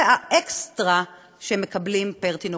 זה האקסטרה שהם מקבלים פר-תינוק.